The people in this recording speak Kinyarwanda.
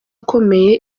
akomeye